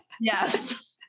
Yes